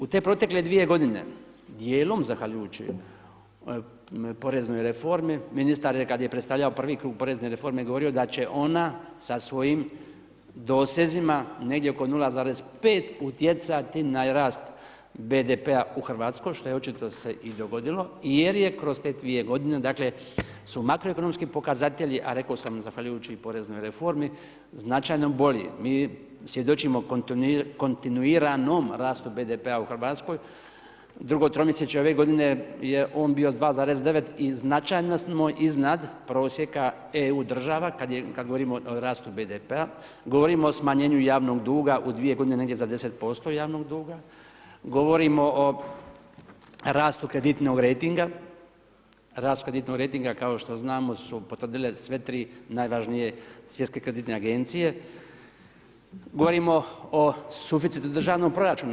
U te protekle 2 godine, dijelom zahvaljujući poreznoj reformi, ministar je kada je predstavljao prvi krug porezne reforme govorio da će ona sa svojim dosezima negdje oko 0,5 utjecati na rast BDP-a u Hrvatskoj što očito se i dogodilo jer je kroz te dvije godine dakle su makroekonomski pokazatelji a rekao sam zahvaljujući i poreznoj reformi značajno bolji, mi svjedočimo kontinuiranom rastu BDP-a u Hrvatskoj, drugo tromjesečje ove godine je on bio 2,9 i značajno smo iznad prosjeka EU država kad govorimo o rastu BDP-a, govorimo o smanjenju javnog duga u 2 godine negdje za 10% javnog duga, govorimo o rastu kreditnog rejtinga, rast kreditnog rejtinga kao što znamo su potvrdile sve 3 najvažnije svjetske kreditne agencije, govorimo o suficitu državnog proračuna.